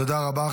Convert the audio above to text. תודה רבה.